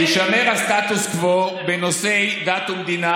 שיישמר הסטטוס קוו בנושאי דת ומדינה.